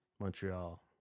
Montreal